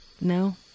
No